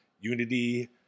unity